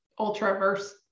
ultraverse